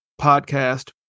podcast